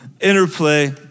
interplay